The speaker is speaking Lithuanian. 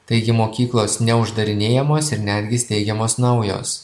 taigi mokyklos neuždarinėjamos ir netgi steigiamos naujos